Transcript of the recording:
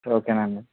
okay అండి